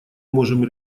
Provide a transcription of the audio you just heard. можем